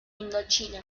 indochina